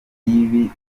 y’ibi